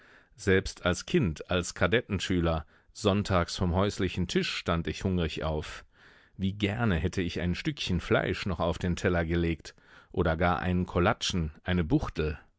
selbst als kind als kadettenschüler sonntags vom häuslichen tisch stand ich hungrig auf wie gerne hätte ich ein stückchen fleisch noch auf den teller gelegt oder gar einen kolatschen eine buchtel